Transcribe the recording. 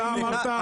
אתה אמרת,